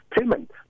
payment